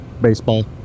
Baseball